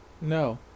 No